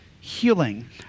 healing